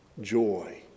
joy